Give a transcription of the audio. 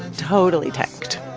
totally tanked.